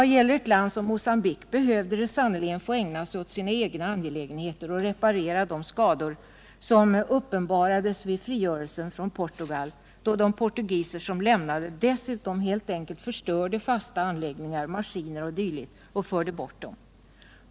Ett land som Mogambique behövde sannerligen få ägna sig åt sina egna angelägenheter och reparera de skador som uppenbarades vid frigörelsen från Portugal, då de portugiser som lämnade landet dessutom helt enkelt förstörde fasta anläggningar, maskiner o. d. eller förde bort dem.